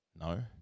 No